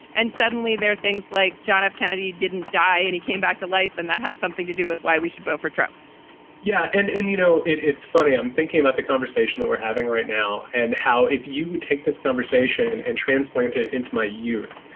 and suddenly there are things like john f. kennedy didn't die and he came back to life. and that has something to do with why we should vote for trump yeah. and, you know, it's funny, i'm thinking about the conversation that we're having right now and how, if you would take this conversation and and transplanted into my youth,